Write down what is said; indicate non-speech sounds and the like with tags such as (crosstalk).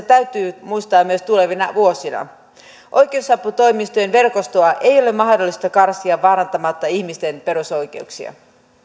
(unintelligible) täytyy muistaa myös tulevina vuosina oikeusaputoimistojen verkostoa ei ole mahdollista karsia vaarantamatta ihmisten perusoikeuksia